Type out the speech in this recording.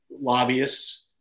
lobbyists